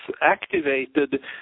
activated